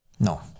No